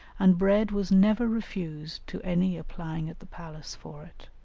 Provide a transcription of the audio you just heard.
and bread was never refused to any applying at the palace for it